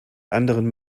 anderen